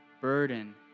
burden